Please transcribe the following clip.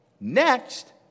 Next